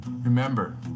Remember